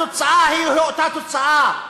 התוצאה היא אותה תוצאה,